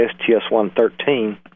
STS-113